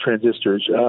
transistors